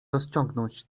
rozciągnąć